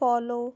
follow